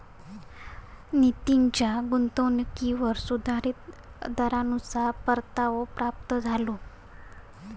नितीनच्या गुंतवणुकीवर सुधारीत दरानुसार परतावो प्राप्त झालो